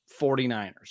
49ers